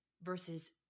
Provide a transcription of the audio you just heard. Versus